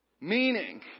Meaning